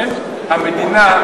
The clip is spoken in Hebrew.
המדינה,